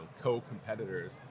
co-competitors